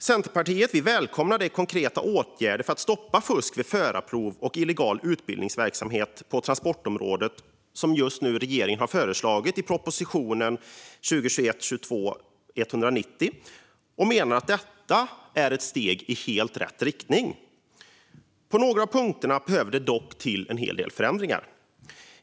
Centerpartiet välkomnar de konkreta åtgärder för att stoppa fusk vid förarprov och illegal utbildningsverksamhet på transportområdet som regeringen har föreslagit i proposition 2021/22:190. Vi menar att detta är ett steg i helt rätt riktning. På några punkter behövs det dock en del förändringar.